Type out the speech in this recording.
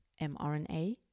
mRNA